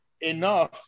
enough